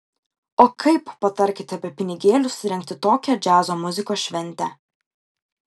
o kaip patarkite be pinigėlių surengti tokią džiazo muzikos šventę